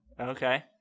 Okay